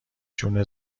جون